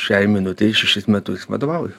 šiai minutei šešis metus vadovauju